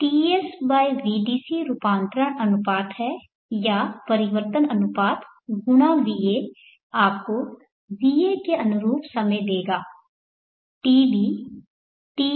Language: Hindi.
तो Tsvdc रूपांतरण अनुपात है या परिवर्तन अनुपात गुणा va आपको va के अनुरूप समय देगा taTsvdc×va